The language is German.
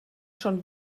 schon